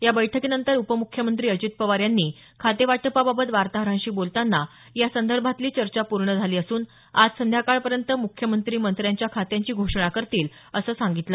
या बैठकीनंतर उपम्ख्यमंत्री अजित पवार यांनी खातेवाटपाबाबत वार्ताहरांशी बोलतांना यासंदर्भातली चर्चा पूर्ण झाली असून आज संध्याकाळपर्यंत मुख्यमंत्री मंत्र्यांच्या खात्यांची घोषणा करतील असं सांगितलं